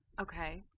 Okay